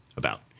about.